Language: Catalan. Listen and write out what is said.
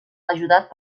ajudat